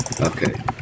Okay